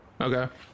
Okay